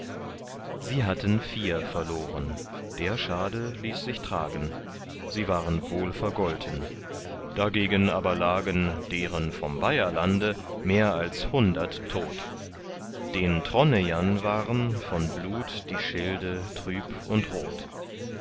sie hatten vier verloren der schade ließ sich tragen sie waren wohl vergolten dagegen aber lagen deren vom bayerlande mehr als hundert tot den tronejern waren von blut die schilde trüb und rot